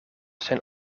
zijn